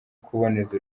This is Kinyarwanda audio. kuboneza